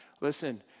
Listen